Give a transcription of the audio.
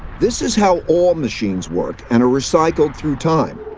this is how all machines work, and are recycled through time.